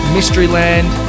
Mysteryland